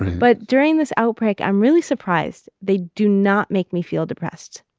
but during this outbreak, i'm really surprised. they do not make me feel depressed.